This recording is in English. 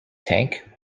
tank